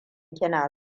kina